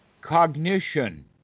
cognition